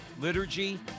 Liturgy